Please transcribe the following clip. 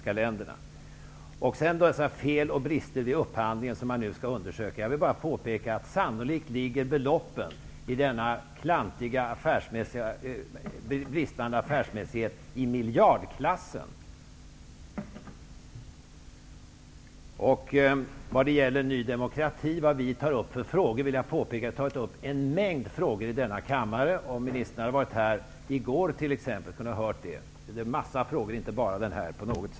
Sedan några ord om de fel och brister vid upphandlingen som man nu skall undersöka. Jag vill bara påpeka att sannolikt rör det sig i denna klantiga hantering med bristande affärsmässighet om belopp i miljardklassen. Vad gäller vilka frågor som vi i Ny demokrati tar upp vill jag påpeka att vi har tagit upp en mängd frågor i denna kammare. Om ministern hade varit här i går t.ex. kunde hon ha hört att det är så. Det handlar alltså inte bara om flyktingfrågor.